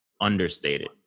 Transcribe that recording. understated